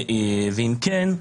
אם כן,